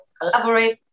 collaborate